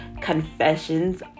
Confessions